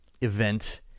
event